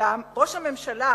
אולם ראש הממשלה,